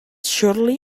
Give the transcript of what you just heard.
surely